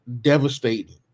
Devastating